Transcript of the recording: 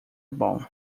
bom